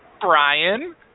Brian